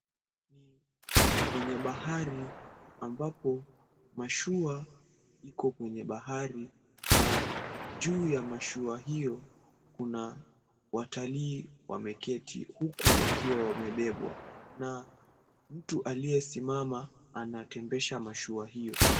Kwenye bahari ambapo mashua iko kwenye bahari na juu ya mashua hiyo kuna watalii wameketi huku wakiwa wamebebwa na mtu aliyesimama anatembesha mashua hiyo.